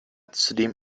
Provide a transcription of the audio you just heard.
zudem